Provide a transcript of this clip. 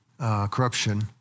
corruption